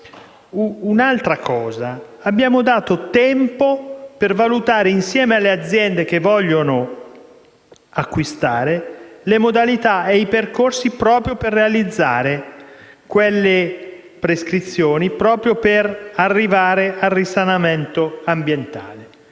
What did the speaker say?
un altro elemento: abbiamo dato tempo per valutare, insieme alle aziende che vogliono acquistare, le modalità e i percorsi per realizzare quelle prescrizioni, proprio per arrivare al risanamento ambientale.